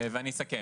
אני אסכם.